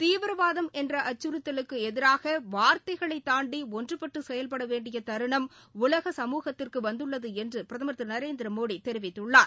தீவிரவாதம் என்ற அச்சுறுத்தலுக்கு எதிராக வார்த்தைகளை தாண்டி ஒன்றபட்டு செயல்படவேண்டிய தருணம் உலக சமூகத்திற்கு வந்துள்ளது என்று பிரதமர் திரு நரேந்திர மோடி தெரிவித்துள்ளார்